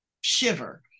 shiver